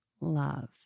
love